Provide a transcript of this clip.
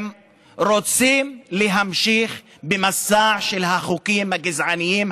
הם רוצים להמשיך במסע של החוקים הגזעניים,